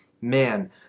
Man